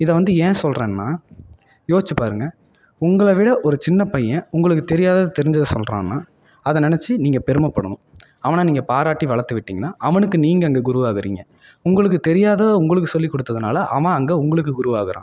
இதை வந்து ஏன் சொல்லுறேன்னா யோசிச்சு பாருங்கள் உங்களை விட ஒரு சின்ன பையன் உங்களுக்கு தெரியாதது தெரிஞ்சது சொல்லுறான்னா அதை நினச்சி நீங்கள் பெருமைப்படணும் அவனை நீங்கள் பாராட்டி வளர்த்து விட்டீங்கனா அவனுக்கு நீங்கள் அங்கே குருவாகிறீங்க உங்களுக்கு தெரியாதது உங்களுக்கு சொல்லிக் கொடுத்ததுனால அவன் அங்கே உங்களுக்கு குருவாகுறான்